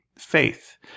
faith